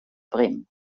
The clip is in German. bremen